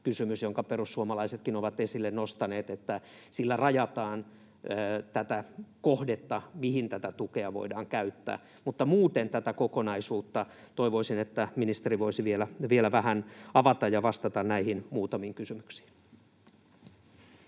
kysymys, jonka perussuomalaisetkin ovat esille nostaneet, ja sillä rajataan tätä kohdetta, mihin tätä tukea voidaan käyttää, mutta toivoisin, että ministeri voisi muuten tätä kokonaisuutta vielä vähän avata ja vastata näihin muutamiin kysymyksiin.